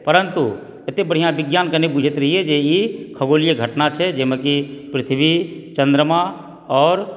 परंतु एते बढ़िआँ विज्ञानके नहि बुझैत रहिऐ जे ई खगोलीय घटना छै जाहिमे कि पृथ्वी चंद्रमा आओर